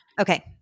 Okay